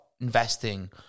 investing